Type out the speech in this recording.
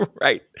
Right